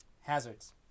Hazard's